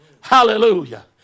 Hallelujah